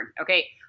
okay